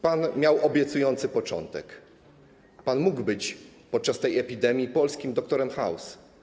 Pan miał obiecujący początek, pan mógł być podczas tej epidemii polskim doktorem House’em.